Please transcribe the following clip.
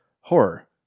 horror